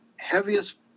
heaviest